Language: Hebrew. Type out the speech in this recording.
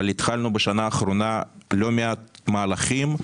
אבל התחלנו בשנה האחרונה לא מעט מהלכים,